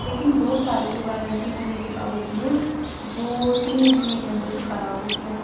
لیکن دو سال کی وارنٹی ہونے کے باوجود وہ تین مہینے کے اندر ہی خراب ہو گیا